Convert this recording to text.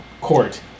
Court